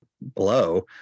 blow